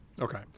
Okay